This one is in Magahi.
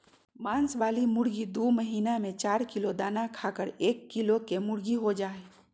मांस वाली मुर्गी दू महीना में चार किलो दाना खाकर एक किलो केमुर्गीहो जा हइ